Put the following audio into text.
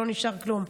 לא נשאר כלום,